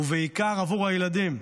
בעיקר עבור הילדים,